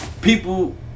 People